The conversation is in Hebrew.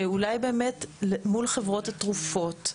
שאולי מול חברות התרופות,